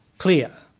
clear,